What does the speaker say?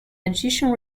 addition